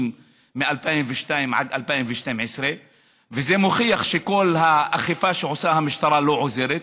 2002 עד 2012. וזה מוכיח שכל האכיפה שעושה המשטרה לא עוזרת,